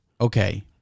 Okay